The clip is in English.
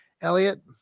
elliot